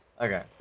okay